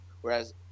Whereas